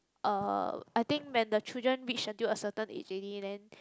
uh I think when the children reach until a certain age already then